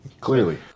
Clearly